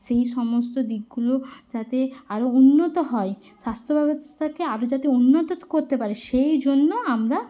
সেই সমস্ত দিকগুলো যাতে আরও উন্নত হয় স্বাস্থ্য ব্যবস্থাকে আরও যাতে উন্নত করতে পারে সেই জন্য আমরা